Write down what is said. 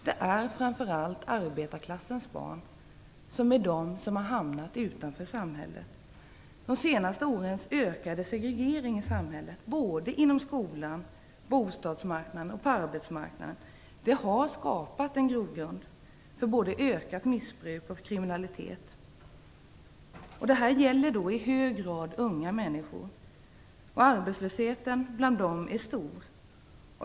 Det är framför allt barn från arbetarklassen som har hamnat utanför samhället. De senaste årens ökade segregation i samhället - i skolan, på bostadsmarknaden och på arbetsmarknaden - har skapat en grogrund för både ökat missbruk och kriminalitet. Det här gäller i hög grad unga människor. Arbetslösheten bland dem är stor.